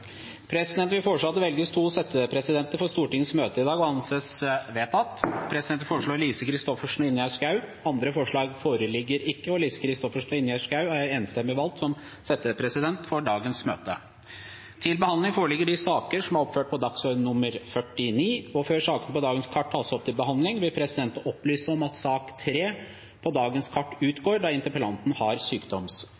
vil foreslå at det velges to settepresidenter for Stortingets møte i dag. – Det anses vedtatt. Presidenten vil foreslå Lise Christoffersen og Ingjerd Schou. – Andre forslag foreligger ikke, og Lise Christoffersen og Ingjerd Schou anses enstemmig valgt som settepresidenter for dagens møte. Før sakene på dagens kart tas opp til behandling, vil presidenten opplyse om at sak nr. 3 på dagens kart